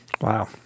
Wow